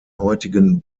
heutigen